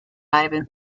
ivan